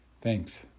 Thanks